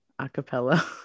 acapella